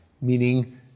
meaning